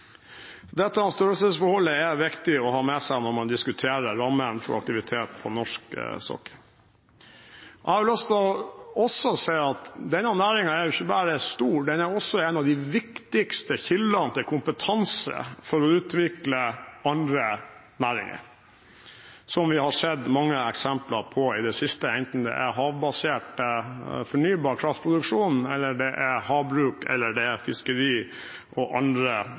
Dette størrelsesforholdet er det viktig å ha med seg når man diskuterer rammene for aktivitet på norsk sokkel. Jeg har også lyst til å si at denne næringen er ikke bare stor, den er også en av de viktigste kildene til kompetanse for å utvikle andre næringer, som vi har sett mange eksempler på i det siste, enten det er havbasert fornybar kraftproduksjon, havbruk, fiskeri eller andre viktige norske næringer. Så er det,